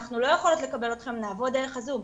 אנחנו לא יכולות לקבל אתכם לעבוד דרך הזום'.